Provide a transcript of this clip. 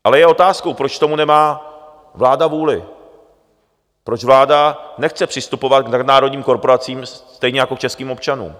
Ale je otázkou, proč k tomu nemá vláda vůli, proč vláda nechce přistupovat k nadnárodním korporacím stejně jako k českým občanům?